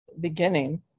beginning